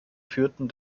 führten